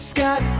Scott